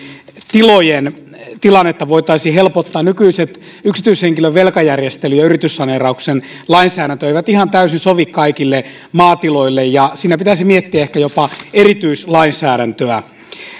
tilojen tilannetta voitaisiin helpottaa nykyinen yksityishenkilön velkajärjestelyn ja yrityssaneerauksen lainsäädäntö ei ihan täysin sovi kaikille maatiloille ja siinä pitäisi miettiä ehkä jopa erityislainsäädäntöä